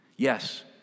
Yes